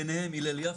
ביניהם הלל יפה,